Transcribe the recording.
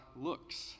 looks